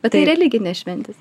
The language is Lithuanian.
bet tai religinės šventė